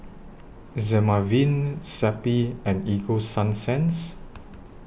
Dermaveen Zappy and Ego Sunsense